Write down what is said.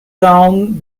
down